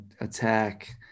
attack